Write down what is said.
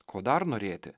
ko dar norėti